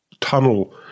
tunnel